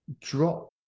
drop